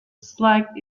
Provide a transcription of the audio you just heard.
slack